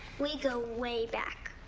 we go way back.